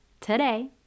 today